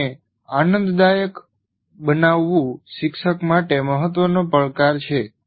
તેને આનંદદાયક બનાવવું શિક્ષક માટે મહત્વનો પડકાર છે